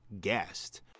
guest